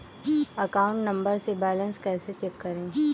Account number से balance कैसे check करें?